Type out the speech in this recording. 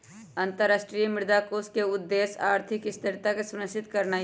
अंतरराष्ट्रीय मुद्रा कोष के उद्देश्य आर्थिक स्थिरता के सुनिश्चित करनाइ हइ